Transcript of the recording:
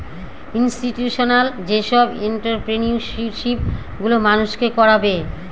institutional যেসব entrepreneurship গুলো মানুষকে করাবে